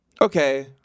okay